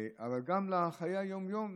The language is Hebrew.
גם לחיי היום-יום,